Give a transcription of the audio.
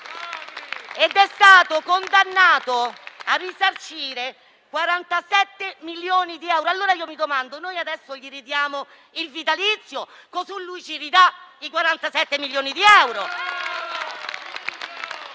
è stato condannato a risarcire 47 milioni di euro. Mi domando: adesso gli ridiamo il vitalizio così lui ci ridà i 47 milioni di euro?